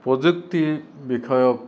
প্ৰযুক্তি বিষয়ক